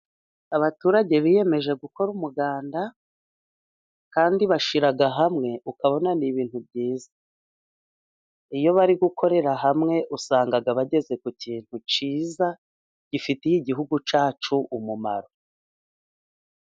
Abaturage biyemeje gukora umuganda kandi bashyira hamwe ukabona ni ibintu byiza. Iyo bari gukorera hamwe usanga bageze ku kintu cyiza gifitiye igihugu cyacu umumaro.